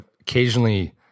occasionally